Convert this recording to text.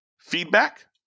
feedback